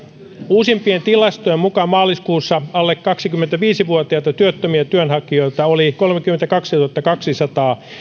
uusimpien tilastojen mukaan maaliskuussa alle kaksikymmentäviisi vuotiaita työttömiä työnhakijoita oli kolmekymmentäkaksituhattakaksisataa